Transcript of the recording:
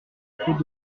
faute